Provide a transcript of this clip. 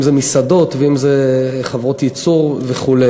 אם מסעדות ואם חברות ייצור וכו'.